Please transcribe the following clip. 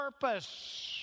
purpose